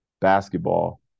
basketball